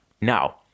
Now